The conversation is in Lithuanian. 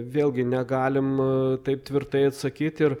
vėlgi negalim taip tvirtai atsakyt ir